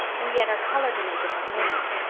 and yet are coloured in a different manner,